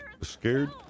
scared